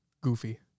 Goofy